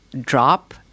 drop